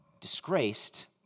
disgraced